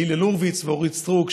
הלל הורביץ ואורית סטרוק.